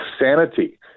sanity